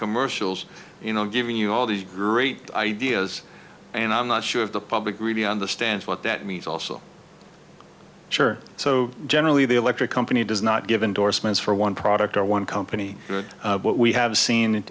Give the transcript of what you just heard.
commercials you know giving you all these great ideas and i'm not sure if the public really understands what that means also sure so generally the electric company does not give endorsements for one product or one company what we have seen